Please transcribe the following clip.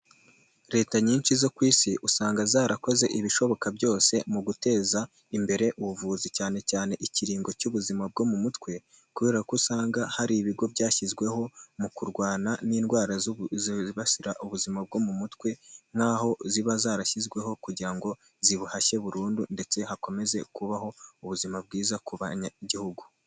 Leta nyinshi zo ku isi usanga zarakoze ibishoboka byose mu guteza imbere ubuvuzi cyane cyane ikiringo cy'ubuzima bwo mu mutwe kubera ko usanga hari ibigo byashyizweho mu kurwana n'indwara zibasira ubuzima bwo mu mutwe nk'aho ziba zarashyizweho kugira ngo zihashye burundu ndetse hakomeze kubaho ubuzima bwiza ku banyagihugu.